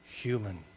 human